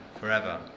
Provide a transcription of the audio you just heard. forever